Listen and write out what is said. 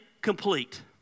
complete